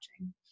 watching